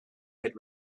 had